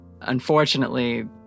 Unfortunately